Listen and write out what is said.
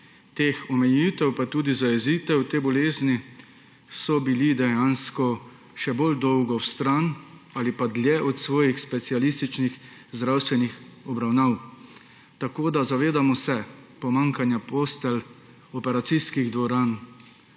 omejitev pa tudi zajezitev te bolezni dejansko še bolj dolgo stran ali pa dlje od svojih specialističnih zdravstvenih obravnav. Zavedamo se pomanjkanja postelj, operacijskih dvoran,